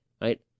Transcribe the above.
right